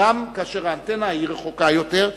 כאשר האנטנה רחוקה יותר,